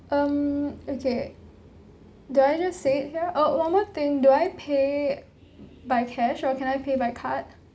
um okay do I just said it here oh one more thing do I pay by cash or can I pay by card